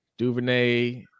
Duvernay